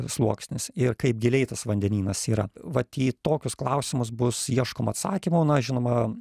sluoksnis ir kaip giliai tas vandenynas yra vat į tokius klausimus bus ieškoma atsakymų na žinoma